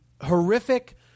horrific